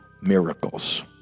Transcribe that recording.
miracles